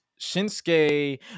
Shinsuke